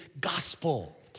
gospel